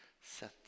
set